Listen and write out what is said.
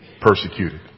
persecuted